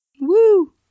Woo